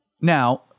Now